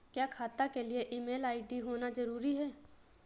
क्या खाता के लिए ईमेल आई.डी होना जरूरी है?